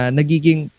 nagiging